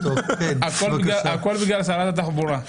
הכול בגלל שרת התחבורה.